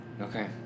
Okay